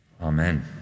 Amen